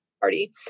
party